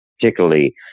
particularly